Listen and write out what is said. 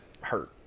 hurt